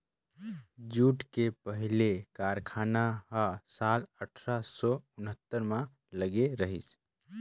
jute के पहिली कारखाना ह साल अठारा सौ उन्हत्तर म लगे रहिस